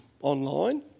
online